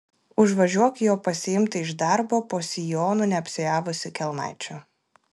užvažiuok jo pasiimti iš darbo po sijonu neapsiavusi kelnaičių